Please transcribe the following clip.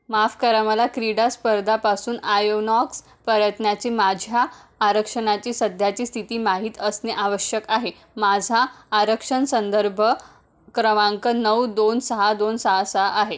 माफ करा मला क्रीडा स्पर्धापासून आयोनॉक्स प्रयत्नाची माझ्या आरक्षणाची सध्याची स्थिती माहीत असणे आवश्यक आहे माझा आरक्षण संदर्भ क्रमांक नऊ दोन सहा दोन सहा सहा आहे